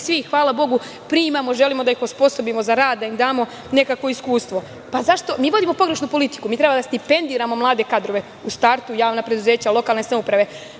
kod nas i sve primamo, želimo da ih osposobimo za rad, da im damo nekakvo iskustvo. Mi vodimo pogrešnu politiku? Mi treba da stipendiramo mlade kadrove, u startu javna preduzeća, lokalne samouprave,